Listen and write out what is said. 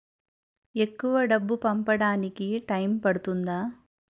ఎక్కువ డబ్బు పంపడానికి టైం పడుతుందా?